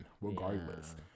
regardless